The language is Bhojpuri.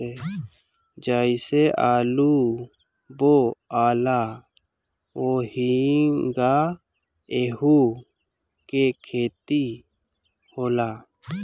जइसे आलू बोआला ओहिंगा एहू के खेती होला